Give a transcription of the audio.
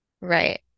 Right